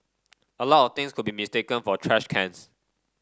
a lot of things could be mistaken for trash cans